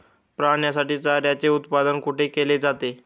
प्राण्यांसाठी चाऱ्याचे उत्पादन कुठे केले जाते?